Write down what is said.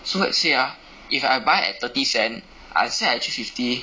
so let's say ah if I buy at thirty cent I sell at three fifty